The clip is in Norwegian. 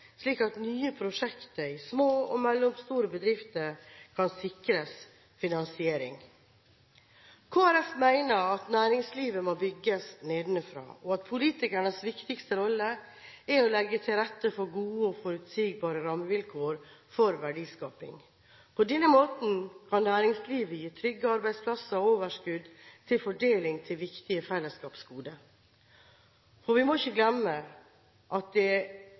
slik at nye prosjekter i små og mellomstore bedrifter kan sikres finansiering. Kristelig Folkeparti mener at næringslivet må bygges nedenfra, og at politikernes viktigste rolle er å legge til rette for gode og forutsigbare rammevilkår for verdiskaping. På denne måten kan næringslivet gi trygge arbeidsplasser og overskudd til fordeling til viktige fellesskapsgoder, for vi må ikke glemme at